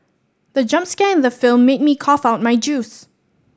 the jump scare in the film made me cough out my juice